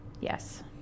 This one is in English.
Yes